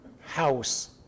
house